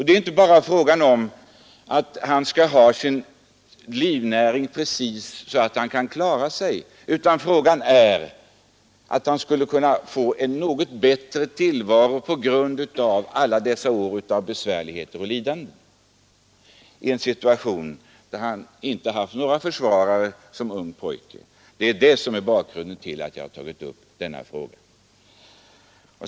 Det är inte bara fråga om att Oldenburg skall ha precis så mycket att han kan klara sig, utan frågan gäller att han skulle kunna få en något bättre tillvaro på grund av alla de gångna årens besvärligheter och lidanden, vilka åsamkats under den tid då han som ung pojke inte hade någon försvarare. Detta är bakgrunden till att jag tagit upp denna fråga.